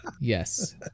yes